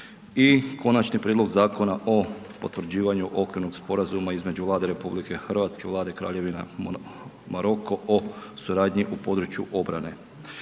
- Konačni prijedlog Zakona o potvrđivanju Okvirnog sporazuma između Vlade Republike Hrvatske i Vlade Kraljevine Maroka o suradnji u području obrane,